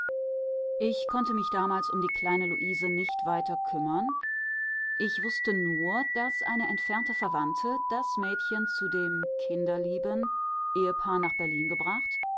ich konnte mich damals um die kleine luise nicht weiter kümmern ich wußte nur daß eine entfernte verwandte das mädchen zu dem kinderlieben ehepaar nach berlin gebracht